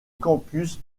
campus